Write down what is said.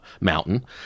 mountain